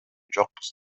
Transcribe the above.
жокпуз